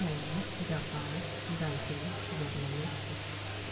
China Japan Brazil Germany Italy